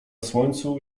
słońcu